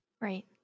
Right